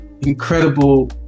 incredible